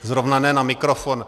Zrovna ne na mikrofon.